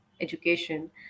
education